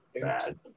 bad